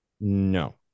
No